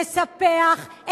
לספח,